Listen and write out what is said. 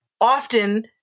often